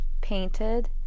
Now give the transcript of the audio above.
painted